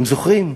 אתם זוכרים?